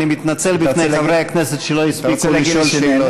אני מתנצל בפני חברי הכנסת שלא הספיקו לשאול שאלות.